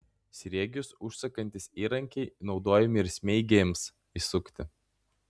sriegius užsukantys įrankiai naudojami ir smeigėms įsukti